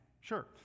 Sure